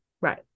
right